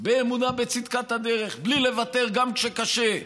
באמונה בצדקת הדרך, בלי לוותר גם כשקשה,